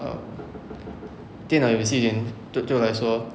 err 电脑游戏对对我来说